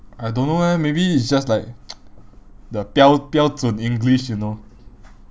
I don't know eh maybe it's just like the 标标准 english you know